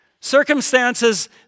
Circumstances